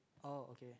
oh okay